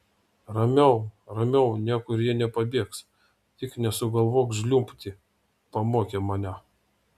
ramiau ramiau niekur jie nepabėgs tik nesugalvok žliumbti pamokė mane